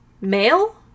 Male